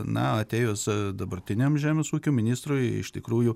na atėjus dabartiniam žemės ūkio ministrui iš tikrųjų